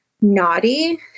naughty